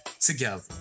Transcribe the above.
together